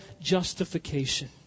justification